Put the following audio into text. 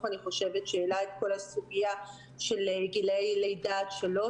שהעלה את כל הסוגיה של גילאי לידה עד שלוש.